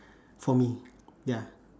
for me ya